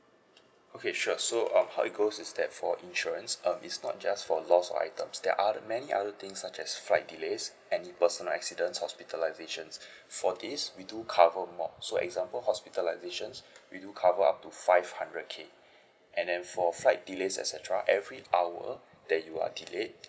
okay sure so um how it goes is that for insurance um is not just for lost items there are many other things such as flight delays any personal accidents hospitalisation for these we do cover more so example hospitalisation we do cover up to five hundred K and then for flight delays etcetera every hour that you are delayed